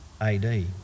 AD